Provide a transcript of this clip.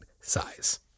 size